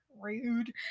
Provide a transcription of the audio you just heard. Rude